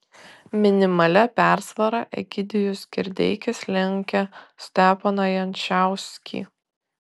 minimalia persvara egidijus kirdeikis lenkia steponą jančauskį